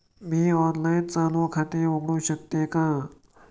मी online चालू खाते उघडू शकते का?